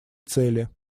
цели